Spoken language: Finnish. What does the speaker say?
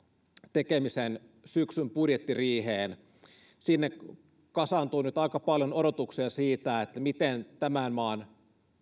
tekemisen syksyn budjettiriiheen sinne kasaantuu nyt aika paljon odotuksia siitä miten tämän maan